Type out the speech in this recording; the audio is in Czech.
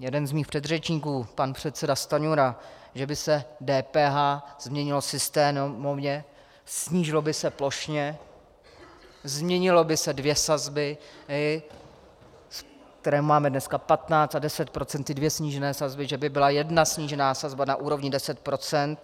jeden z mých předřečníků, pan předseda Stanjura, že by se DPH změnilo systémově, snížilo by se plošně, změnily by se dvě sazby, které máme dneska 15 a 10 %, ty dvě snížené sazby, že by byla jedna snížená sazba na úrovni 10 %.